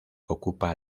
ocupa